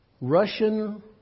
Russian